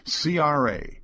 CRA